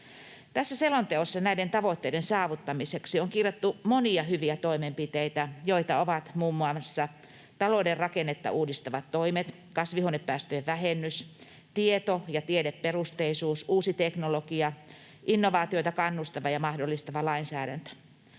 Tässä selonteossa näiden tavoitteiden saavuttamiseksi on kirjattu monia hyviä toimenpiteitä, joita ovat muun muassa talouden rakennetta uudistavat toimet, kasvihuonepäästöjen vähennys, tieto‑ ja tiedeperusteisuus, uusi teknologia, innovaatioita kannustava ja mahdollistava lainsäädäntö.